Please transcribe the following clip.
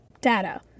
data